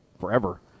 forever